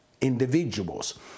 individuals